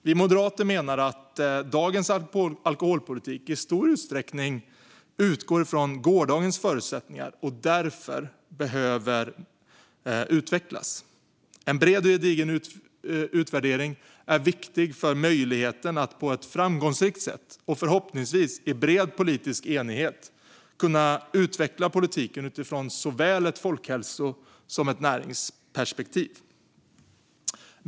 Vi moderater menar att dagens alkoholpolitik i stor utsträckning utgår från gårdagens förutsättningar och därför behöver utvecklas. En bred och gedigen utvärdering är viktig för möjligheten att på ett framgångsrikt sätt, och förhoppningsvis i bred politisk enighet, utveckla politiken utifrån såväl ett folkhälso som ett näringsperspektiv.